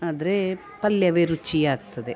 ಆದರೆ ಪಲ್ಯವೇ ರುಚಿ ಆಗ್ತದೆ